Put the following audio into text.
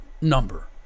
number